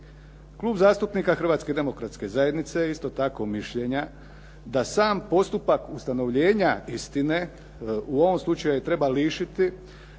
Klub zastupnika Hrvatske demokratske zajednice je isto tako mišljenja da sam postupak ustanovljenja istine, u ovom slučaju je treba lišiti